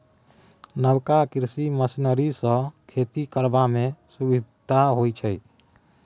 नबका कृषि मशीनरी सँ खेती करबा मे सुभिता होइ छै